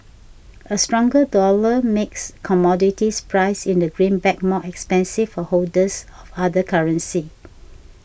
a stronger dollar makes commodities priced in the greenback more expensive for holders of other currency